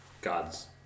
God's